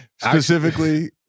Specifically